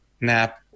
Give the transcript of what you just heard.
nap